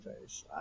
face